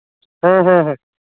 ᱦᱮᱸ ᱦᱮᱸ